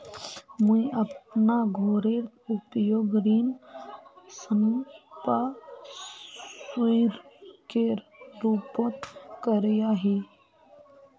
मुई अपना घोरेर उपयोग ऋण संपार्श्विकेर रुपोत करिया ही